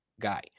guy